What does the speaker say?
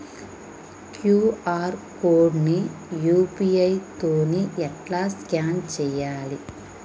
QR code ని UPI తోని ఎట్లా స్కాన్ చేయాలి?